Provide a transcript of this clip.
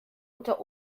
unter